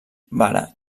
vara